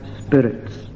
spirits